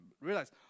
Realize